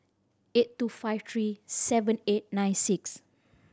eight two five three seven eight nine six